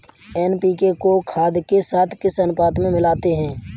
NPK को खाद के साथ किस अनुपात में मिलाते हैं?